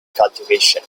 cultivation